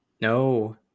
No